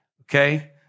okay